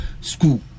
school